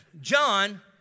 John